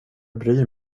bryr